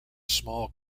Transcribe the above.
small